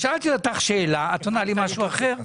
שאלתי אותך שאלה, ואת עונה לי משהו אחר.